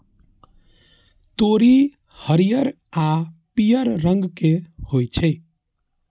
तोरी हरियर आ पीयर रंग के होइ छै